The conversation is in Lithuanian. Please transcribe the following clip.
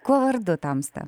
kuo vardu tamsta